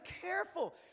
careful